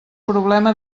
problema